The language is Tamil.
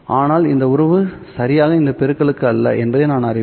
ஆனால் இந்த உறவு சரியாக இந்த பெருக்களுக்கு அல்ல என்பதை நான் அறிவேன்